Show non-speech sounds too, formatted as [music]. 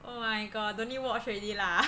oh my god don't need watch already lah [laughs]